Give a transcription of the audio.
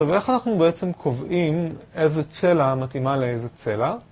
ואיך אנחנו בעצם קובעים איזה צלע מתאימה לאיזה צלע?